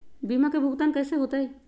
बीमा के भुगतान कैसे होतइ?